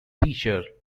teacher